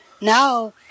now